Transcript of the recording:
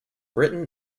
britain